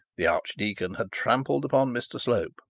the archdeacon had trampled upon mr slope,